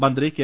മന്ത്രി കെ